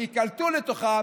שיקלטו לתוכן